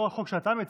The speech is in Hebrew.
לא החוק שאתה מציע,